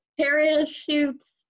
Parachutes